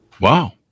wow